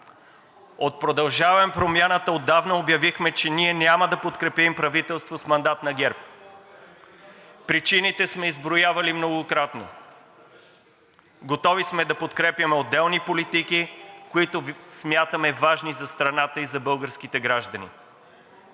От „Продължаваме Промяната“ отдавна обявихме, че ние няма да подкрепим правителство с мандат на ГЕРБ. (Шум и реплики от ГЕРБ-СДС.) Причините сме изброявали многократно. Готови сме да подкрепяме отделни политики, които смятаме важни за страната и за българските граждани.